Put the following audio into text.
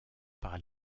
par